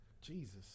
Jesus